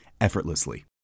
effortlessly